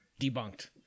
debunked